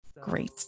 Great